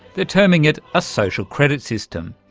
they're terming it a social credit system.